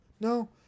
no